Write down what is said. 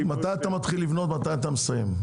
אז מתי אתה מתחיל לבנות ומתי אתה מסיים?